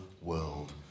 world